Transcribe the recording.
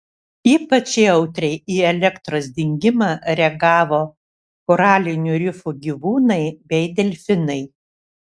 ypač jautriai į elektros dingimą reagavo koralinių rifų gyvūnai bei delfinai